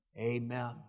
amen